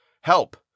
help